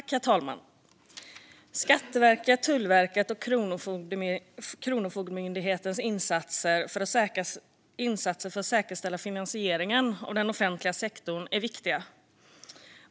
Herr talman! Skatteverkets, Tullverkets och Kronofogdemyndighetens insatser för att säkerställa finansieringen av den offentliga sektorn är viktiga.